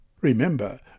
Remember